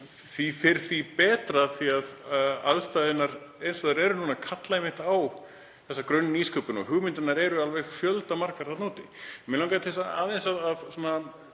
Því fyrr því betra, því að aðstæðurnar eins og þær eru núna kalla einmitt á grunnnýsköpun og hugmyndirnar eru alveg fjöldamargar þarna úti. Mig langar aðeins að